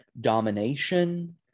domination